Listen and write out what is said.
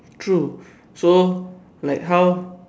true so like how